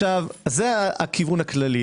זה הכיוון הכללי.